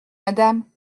madame